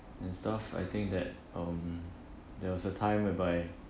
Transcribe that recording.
and stuff I think that um there was a time whereby